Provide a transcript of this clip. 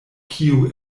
kio